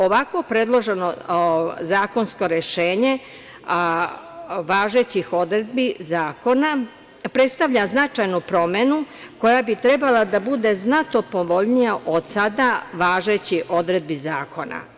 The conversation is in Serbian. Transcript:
Ovakvo predloženo zakonsko rešenje važećih odredbi zakona predstavlja značajnu promenu koja bi trebala da bude znatno povoljnija od sada važećih odredbi zakona.